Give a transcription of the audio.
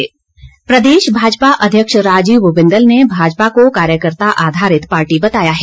बिंदल प्रदेश भाजपा अध्यक्ष राजीव बिंदल ने भाजपा को पार्टी कार्यकर्ता आधारित पार्टी बताया है